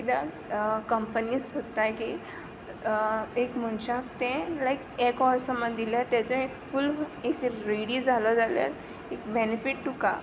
किद्या कंपनीज सोदताय की एक मनशाक तें लायक एक ऑर सोमान दिलें तेजे एक फूल एके रेडी जालो जाल्यार एक बॅनिफीट तुका